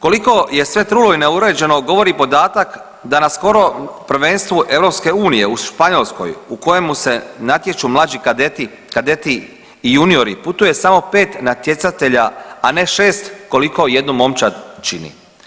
Koliko je sve trulo i neuređeno govori i podataka da na skoro prvenstvu EU u Španjolskoj u kojemu se natječu mlađi kadeti, kadeti i juniori putuje samo 5 natjecatelja, a ne 6 koliko jednu momčad čini.